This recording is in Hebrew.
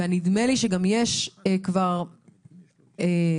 נדמה לי שיש כבר כ-20,